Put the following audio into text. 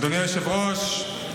אדוני היושב-ראש,